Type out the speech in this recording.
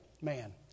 man